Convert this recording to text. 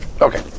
Okay